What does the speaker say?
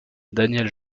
daniel